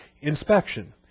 inspection